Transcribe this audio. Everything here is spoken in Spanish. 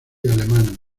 alemana